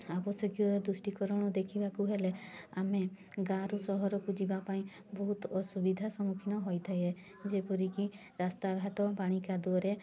ଆବଶ୍ୟକୀୟ ଦୃଷ୍ଟିକୋଣରୁ ଦେଖିବାକୁ ହେଲେ ଆମେ ଗାଁରୁ ସହରକୁ ଯିବାପାଇଁ ବହୁତ ଅସୁବିଧା ସମ୍ମୁଖୀନ ହୋଇଥାଏ ଯେପରିକି ରାସ୍ତାଘାଟ ପାଣି କାଦୁଅରେ